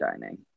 dining